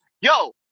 Yo